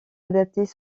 adaptés